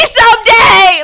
someday